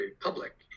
public